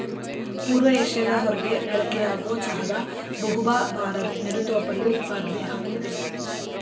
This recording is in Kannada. ಪೂರ್ವ ಏಷ್ಯಾದ ಹೊರ್ಗೆ ಬಳಕೆಯಾಗೊ ಚಹಾದ ಬಹುಭಾ ಭಾರದ್ ನೆಡುತೋಪಲ್ಲಿ ಉತ್ಪಾದ್ನೆ ಆಗ್ತದೆ